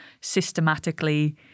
systematically